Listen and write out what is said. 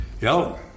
Yo